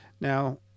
Now